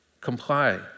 comply